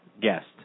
guest